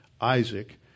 Isaac